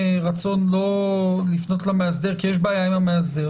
רצון לא לפנות למאסדר כי יש בעיה עם המאסדר